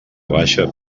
baixa